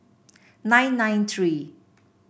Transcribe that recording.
nine nine three